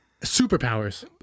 superpowers